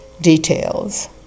details